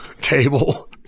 table